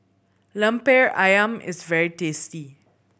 Lemper Ayam is very tasty